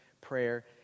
Prayer